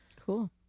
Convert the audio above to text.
Cool